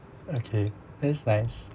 okay that's nice